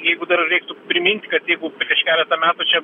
jeigu dar reiktų primint kad jeigu prieš keletą metų čia